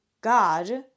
God